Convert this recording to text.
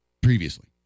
previously